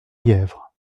yèvre